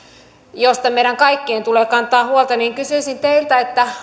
joista meidän kaikkien tulee kantaa huolta kysyisin teiltä